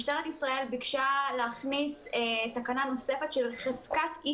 משטרת ישראל ביקשה להכניס תקנה נוספת של חזקת אי